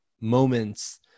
moments